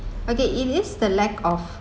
okay it is the lack of